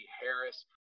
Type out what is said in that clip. Harris